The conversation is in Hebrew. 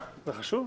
זה חשוב?